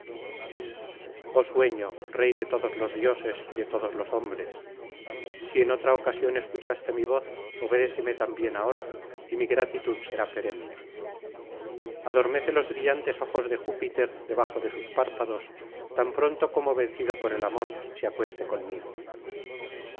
oh sueño rey de todos los dioses y de todos los hombres si en otra ocasión escuchaste mi voz obedéceme también ahora y mi gratitud será perenne adormece los brillantes ojos de júpiter debajo de sus párpados tan pronto como vencido por el amor se acueste conmigo